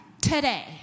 today